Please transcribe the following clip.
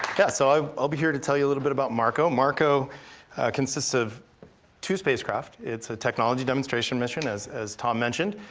yeah, so i'll be here to tell you a little bit about marco. marco consists of two spacecraft, it's a technology demonstration mission, as as tom mentioned,